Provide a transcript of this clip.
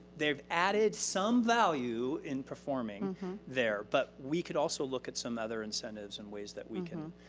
they've added some value in performing there. but we could also look at some other incentives and ways that we can,